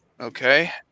Okay